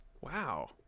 Wow